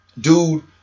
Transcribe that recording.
dude